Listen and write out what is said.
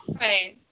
Right